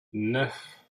neuf